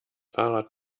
fahrrad